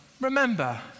Remember